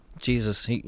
Jesus